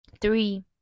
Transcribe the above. Three